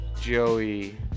Joey